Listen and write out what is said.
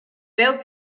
veu